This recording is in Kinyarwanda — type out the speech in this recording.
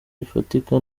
gifatika